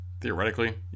theoretically